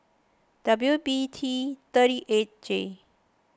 W B T thirty eight J